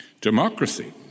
democracy